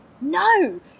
no